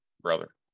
Brother